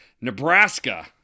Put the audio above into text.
Nebraska